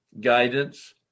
guidance